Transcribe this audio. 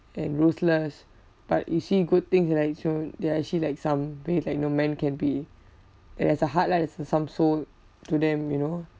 and ruthless but you see good things that like shown they are actually like some ways like you know man can be there there's a heart lah there's uh some soul to them you know